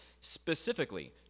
specifically